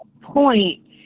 point